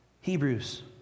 Hebrews